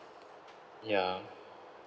ya